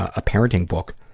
a parenting book.